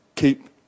Keep